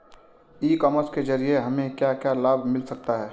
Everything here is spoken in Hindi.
ई कॉमर्स के ज़रिए हमें क्या क्या लाभ मिल सकता है?